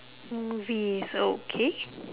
movies okay